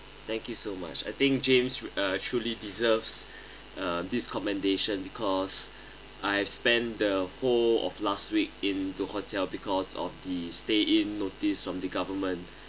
thank you so much I think james uh truly deserves uh this commendation cause I've spent the whole of last week into hotel because of the stay in notice from the government